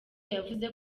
yavuze